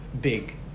big